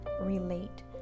relate